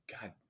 God